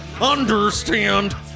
Understand